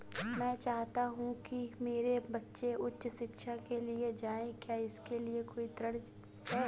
मैं चाहता हूँ कि मेरे बच्चे उच्च शिक्षा के लिए जाएं क्या इसके लिए कोई ऋण है?